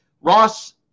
Ross